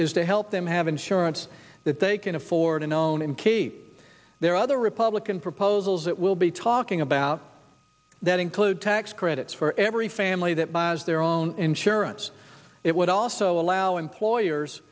is to help them have insurance that they can afford a known and there are other republican proposals that we'll be talking about that include tax credits for every family that buys their own insurance it would also allow employers